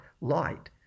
light